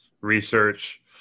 research